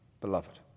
beloved